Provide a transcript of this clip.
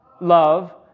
Love